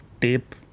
tape